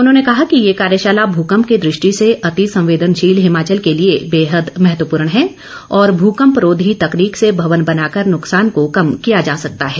उन्होंने कहा कि ये कार्यशाला भूंकप की दृष्टि से अति संवेदनशील हिमाचल के लिए बेहद महत्वपूर्ण है और भूंकपरोधी तकनीक से भवन बनाकर नुकसान को कम किया जा सकता है